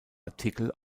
artikel